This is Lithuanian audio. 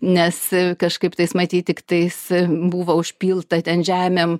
nes kažkaip tais matyt tiktais buvo užpilta ten žemėm